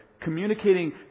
communicating